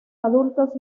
adultos